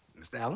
mr. allen?